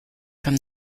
from